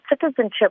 citizenship